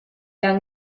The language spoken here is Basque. lan